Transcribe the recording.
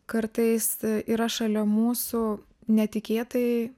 kartais yra šalia mūsų netikėtai